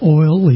oil